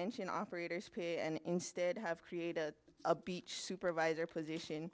mention operators pay and instead have created a beach supervisor position